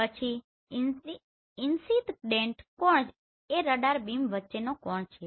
પછી ઇન્સીદડેંટ કોણ એ રડાર બીમ વચ્ચેનો કોણ છે